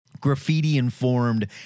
Graffiti-informed